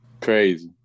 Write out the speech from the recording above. Crazy